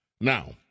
Now